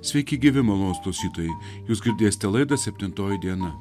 sveiki gyvi malonūs klausytojai jūs girdėsite laidą septintoji diena